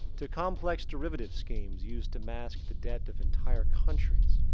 to complex derivative schemes used to mask the debt of entire countries.